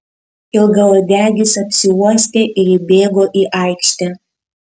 ilgauodegis apsiuostė ir įbėgo į aikštę